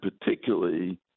particularly